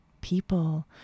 people